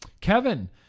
Kevin